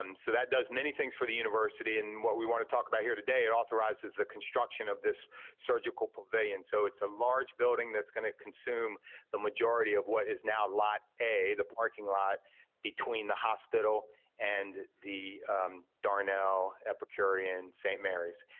um so that does many things for the university, and what we want to talk about here today, it authorizes the construction of this surgical pavilion. so, it's a large building that's gonna consume the majority of what is now lot a, the parking lot between the hospital and the darnall, epicurean, st. mary's.